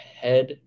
head